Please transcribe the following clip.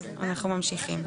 אנחנו ממשיכים.